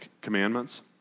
commandments